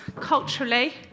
culturally